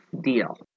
Deal